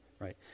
right